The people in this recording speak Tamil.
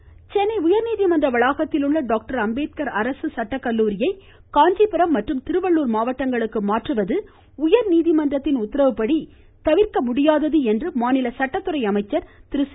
பே சென்னை உயர்நீதிமன்ற வளாகத்தில் உள்ள டாக்டர் அம்பேத்கர் அரசு சட்டக்கல்லூரியை காஞ்சிபுரம் மற்றும் திருவள்ளுர் மாவட்டங்களுக்கு மாற்றுவது உயர்நீதிமன்றத்தின் உத்தரவுப்படி தவிர்க்கமுடியாதது என்று மாநில சட்டத்துறை அமைச்சர் திரு சி